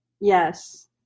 Yes